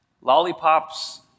lollipops